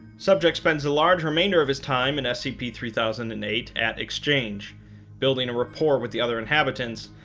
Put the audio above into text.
subject spends a large remainder of his time in scp three thousand and eight at exchange building a rapport with the other inhabitants,